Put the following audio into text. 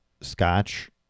scotch